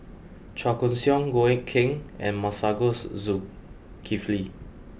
Chua Koon Siong Goh Eck Kheng and Masagos Zulkifli